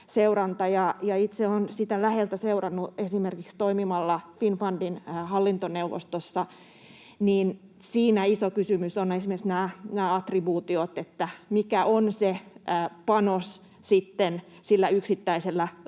seuranta. Itse olen sitä läheltä seurannut esimerkiksi toimimalla Finnfundin hallintoneuvostossa. Siinä iso kysymys ovat esimerkiksi nämä attribuutiot, että mikä on se panos sitten sillä yksittäisellä